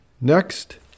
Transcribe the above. Next